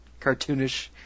cartoonish